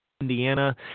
Indiana